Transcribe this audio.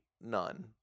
none